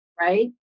right